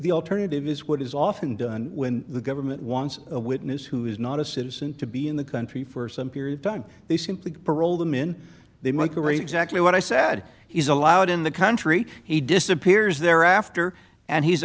the alternative is what is often done when the government wants a witness who is not a citizen to be in the country for some period of time they simply parole them in the microwave exactly what i sad he's allowed in the country he disappears thereafter and he's